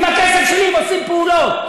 עם הכסף שלי הם עושים פעולות.